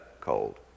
cold